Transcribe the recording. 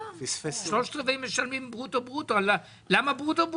למה שלושת-רבעי משלמים ברוטו-ברוטו?